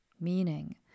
meaning